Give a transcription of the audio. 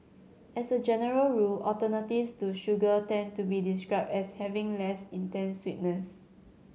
as a general rule alternatives to sugar tend to be described as having less intense sweetness